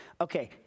Okay